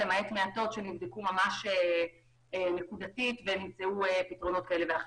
למעט מעטות שנבדקו נקודתית ונמצאו להם פתרונות כאלה ואחרים.